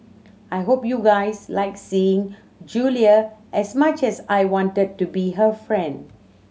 I hope you guys liked seeing Julia as much as I wanted to be her friend